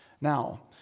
Now